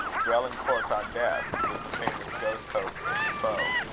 drelincourt on death, with the famous ghost-hoax of de foe,